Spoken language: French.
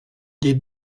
des